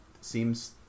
seems